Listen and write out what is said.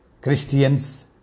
Christians